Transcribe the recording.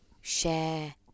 share